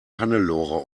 hannelore